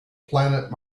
planet